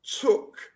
took